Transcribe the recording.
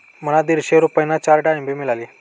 मला दीडशे रुपयांना चार डाळींबे मिळाली